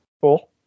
cool